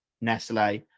Nestle